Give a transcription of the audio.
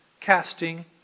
casting